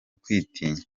kwitinya